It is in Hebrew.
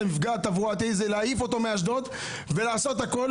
המפגע התברואתי הזה להעיף אותו מאשדוד ולעשות את הכול